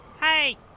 Hey